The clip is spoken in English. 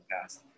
past